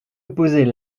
opposer